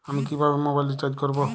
আমি কিভাবে mobile recharge করব?